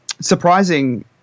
surprising